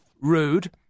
Rude